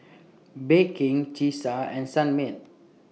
Bake King Cesar and Sunmaid